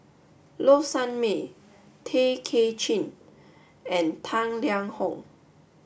Low Sanmay Tay Kay Chin and Tang Liang Hong